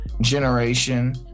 generation